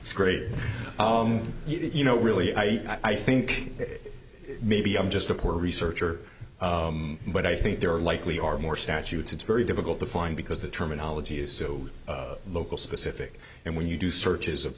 it's great you know really i think maybe i'm just a poor researcher but i think there are likely are more statutes it's very difficult to find because the terminology is so local specific and when you do searches of